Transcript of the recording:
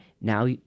Now